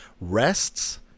rests